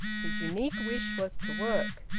his unique wish was to work.